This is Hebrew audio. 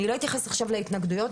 לא אתייחס עכשיו להתנגדויות,